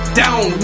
down